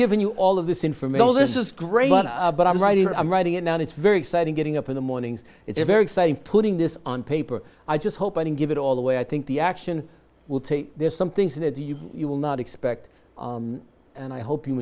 given you all of this information this is great but i'm writing i'm writing it down it's very exciting getting up in the mornings it's very exciting putting this on paper i just hope i can give it all the way i think the action will take there's some things in it to you you will not expect and i hope you